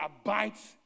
abides